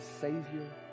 Savior